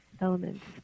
elements